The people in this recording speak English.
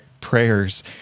prayers